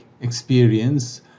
experience